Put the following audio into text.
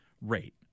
rate